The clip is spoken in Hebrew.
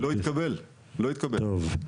טוב.